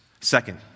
Second